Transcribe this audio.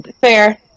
Fair